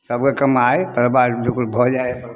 सभके कमाइ परिवार जोकुर भऽ जाइ हइ